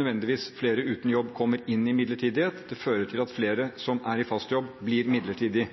nødvendigvis fører til at flere uten jobb kommer inn i midlertidighet, det fører til at flere som er i fast jobb, blir